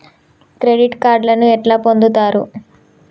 Credit కార్డులను ఎట్లా పొందుతరు?